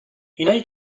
اینایی